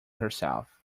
herself